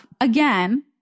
again